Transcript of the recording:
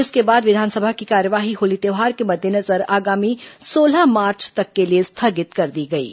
इसके बाद विधानसभा की कार्यवाही होली त्यौहार के मद्देनजर आगामी सोलह मार्च तक के लिए स्थगित कर दी गई है